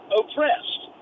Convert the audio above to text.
oppressed